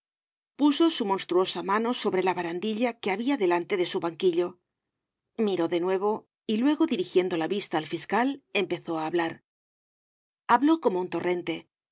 puso su monstruosa mano sobre la barandilla que habia delante de su banquillo miró de nuevo y luego dirigiendo la vista al fiscal empezó á hablar habló como un torrente